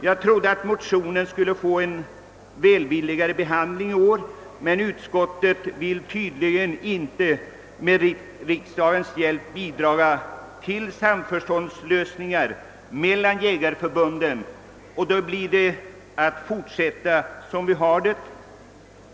Jag trodde att motionen skulle få en välvilligare behandling i år, men utskottet vill tydligen inte med riksdagens hjälp bidra till samförståndslösningar mellan jägarförbunden, och då blir det att fortsätta som hittills.